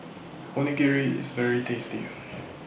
Onigiri IS very tasty